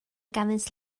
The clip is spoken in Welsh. ganddynt